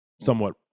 Somewhat